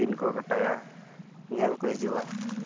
ᱫᱤᱱᱠᱚ ᱜᱚᱴᱟᱭᱟ ᱧᱮᱞᱠᱚ ᱦᱤᱡᱩᱜᱼᱟ